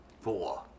Four